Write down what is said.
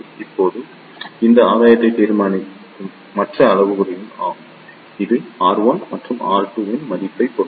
இப்போது இந்த ஆதாயத்தை தீர்மானிக்கும் மற்ற அளவுருரின் ஆகும் இது R1 மற்றும் R2 இன் மதிப்பைப் பொறுத்தது